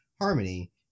Harmony